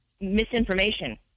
misinformation